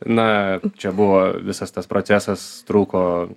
na čia buvo visas tas procesas truko